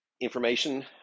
information